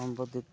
ସମ୍ବୋଧିତ